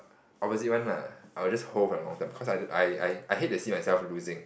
opposite one lah I will just hold for the long term cause I I I hate to see myself losing